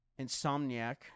Insomniac